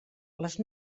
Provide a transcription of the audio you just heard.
les